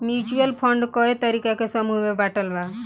mutual fund कए तरीका के समूह में बाटल बा